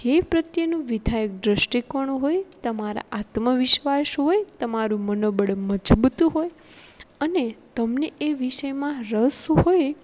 જે પ્રત્યેનું વિધાયક દૃષ્ટિકોણ હોય તમારા આત્મવિશ્વાસ હોય તમારું મનોબળ મજબૂત હોય અને તમને એ વિષયમાં રસ હોય